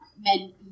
Men